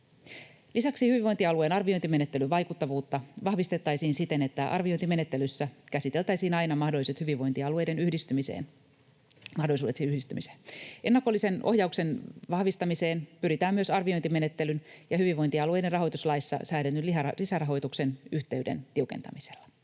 Lisäksi hyvinvointialueen arviointimenettelyn vaikuttavuutta vahvistettaisiin siten, että arviointimenettelyssä käsiteltäisiin aina mahdollisuudet hyvinvointialueiden yhdistymiseen. Ennakollisen ohjauksen vahvistamiseen pyritään myös arviointimenettelyn ja hyvinvointialueiden rahoituslaissa säädetyn lisärahoituksen yhteyden tiukentamisella.